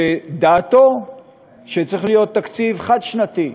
שלדעתו צריך להיות תקציב חד-שנתי,